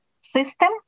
system